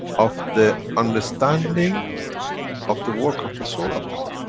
of the understanding of the work of the soul of the man.